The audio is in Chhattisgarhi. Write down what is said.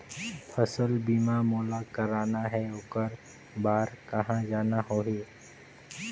फसल बीमा मोला करना हे ओकर बार कहा जाना होही?